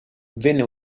venne